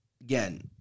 again